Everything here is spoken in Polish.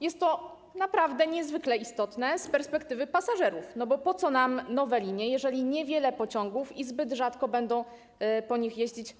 Jest to naprawdę niezwykle istotne z perspektywy pasażerów, bo po co nam nowe linie, jeżeli niewiele pociągów i zbyt rzadko będzie po nich jeździć?